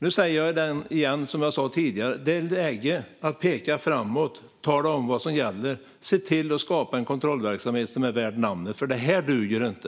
Nu säger jag som jag sa tidigare: Det är läge att peka framåt, tala om vad som gäller och se till att skapa en kontrollverksamhet som är värd namnet, för det här duger inte.